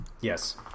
yes